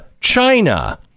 China